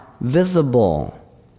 visible